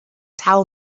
tell